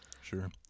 Sure